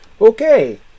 Okay